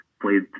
played